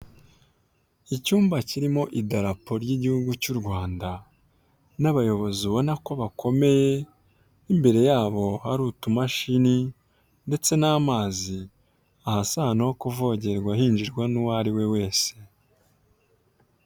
Icyumba kirimo idarapo ry'Igihugu cy'u Rwanda n'abayobozi ubona ko bakomeye n'imbere yabo hari utumashini ndetse n'amazi aha si ahantu ho kuvogerwa hinjirwa n'uwo ariwe wese.